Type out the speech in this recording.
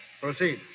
Proceed